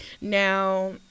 now